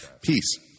Peace